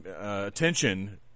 attention